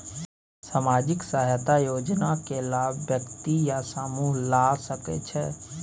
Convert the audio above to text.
सामाजिक सहायता योजना के लाभ व्यक्ति या समूह ला सकै छै?